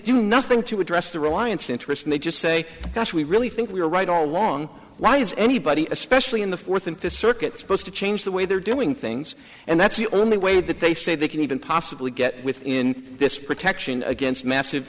do nothing to address the reliance interest and they just say gosh we really think we are right all along why is anybody especially in the fourth and fifth circuit supposed to change the way they're doing things and that's the only way that they say they can even possibly get within this protection against massive